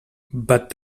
but